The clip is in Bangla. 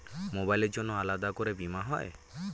মোবাইলের জন্য আলাদা করে বীমা হয়?